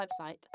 website